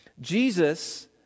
Jesus